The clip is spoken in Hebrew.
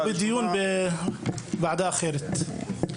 הראשונה --- הוא בדיון בוועדה אחרת.